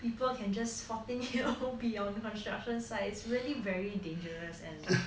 people can just fourteen year old be on the construction site it's really very dangerous